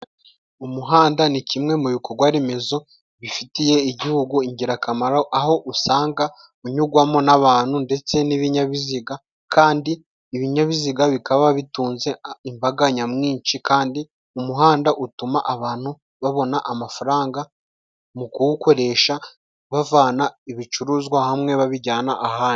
Umuhanda ni kimwe mu bikorwa remezo bifitiye igihugu ingirakamaro, aho usanga unyugwamo n'abantu ndetse n'ibinyabiziga kandi ibinyabiziga bikaba bitunze imbaga nyamwinshi, kandi umuhanda utuma abantu babona amafaranga mu kuwukoresha bavana ibicuruzwa hamwe babijyana ahandi.